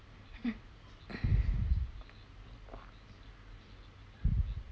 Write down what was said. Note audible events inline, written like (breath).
mm (breath)